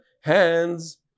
hands